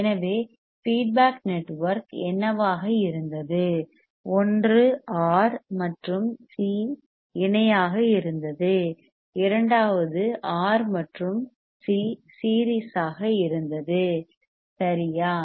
எனவே feedback network என்னவாக இருந்தது ஒன்று ஆர் மற்றும் சி இணையாக இருந்தது இரண்டாவது ஆர் மற்றும் சி சீரிசாக இருந்தது சரியா